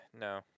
No